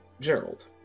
Gerald